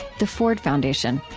the ford foundation,